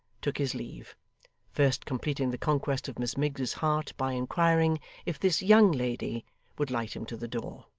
took his leave first completing the conquest of miss miggs's heart, by inquiring if this young lady would light him to the door.